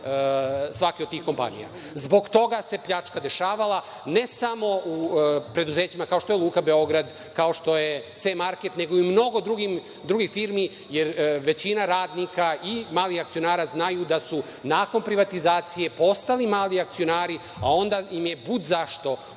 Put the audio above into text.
svake od tih kompanija. Zbog toga se pljačka dešavala ne samo u preduzećima kao što je „Luka Beograd“, kao što je „C market“, nego i u mnogo drugih firmi jer većina radnika i malih akcionara znaju da su nakon privatizacije postali mali akcionari, a onda su im budzašto